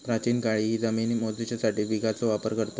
प्राचीन काळीही जमिनी मोजूसाठी बिघाचो वापर करत